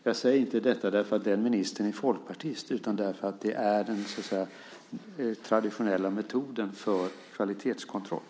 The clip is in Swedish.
Jag säger inte detta för att den ministern är folkpartist, utan för att det är den traditionella metoden för kvalitetskontroll.